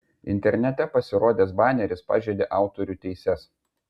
internete pasirodęs baneris pažeidė autorių teises